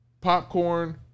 popcorn